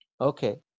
Okay